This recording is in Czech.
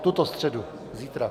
Tuto středu, zítra.